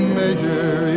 measure